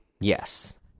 Yes